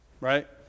Right